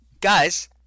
guys